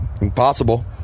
Impossible